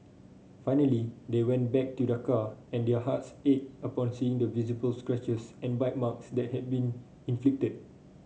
finally they went back to their car and their hearts ached upon seeing the visible scratches and bite marks that had been inflicted